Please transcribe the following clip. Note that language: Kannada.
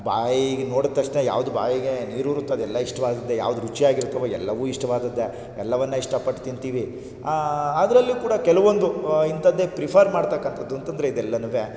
ಬಾಯಿಗೆ ನೋಡಿದ ತಕ್ಷಣ ಯಾವುದು ಬಾಯಿಗೆ ನೀರೂರುತ್ತದೆಲ್ಲ ಇಷ್ಟವಾದದ್ದೇ ಯಾವುದು ರುಚಿಯಾಗಿರ್ತವೋ ಎಲ್ಲವೂ ಇಷ್ಟವಾದದ್ದೇ ಎಲ್ಲವನ್ನು ಇಷ್ಟಪಟ್ಟು ತಿಂತೀವಿ ಅದರಲ್ಲೂ ಕೂಡ ಕೆಲವೊಂದು ಇಂಥದ್ದೇ ಪ್ರಿಫರ್ ಮಾಡ್ತಕ್ಕಂಥದ್ದೂಂತಂದರೆ ಇದೆಲ್ಲನೂ